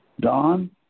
Don